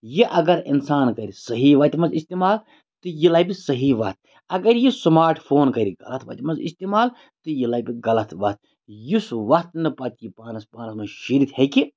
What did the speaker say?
یہِ اَگر اِنسان کَرِ صحیح وَتہِ منٛز استعمال تہٕ یہِ لَبہِ صحیح وَتھ اگر یہِ سُماٹ فون کَرِ غلط وَتہِ منٛز استعمال تہٕ یہِ لَبہِ غلط وَتھ یُس وَتھ نہٕ پَتہٕ یہِ پانَس پانَس منٛز شیٖرتھ ہیٚکہِ